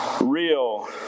real